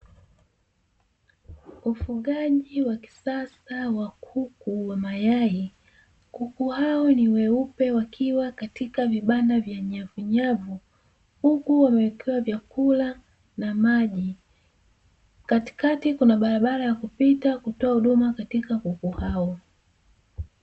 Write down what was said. Ufugaji wa kisasa wa kuku wa mayai, kuku hao ni weupe wakiwa katika vibanda vya nyavunyavu, huku wamewekewa vyakula na maji. Katikati kuna barabara ya kupita kutoa huduma katika kuku hao.